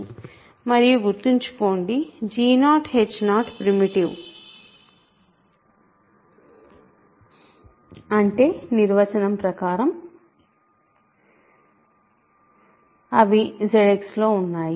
మరియు గుర్తుంచుకోండి g0h0 primitive అంటే నిర్వచనం ప్రకారం అవి ZX లో ఉన్నాయి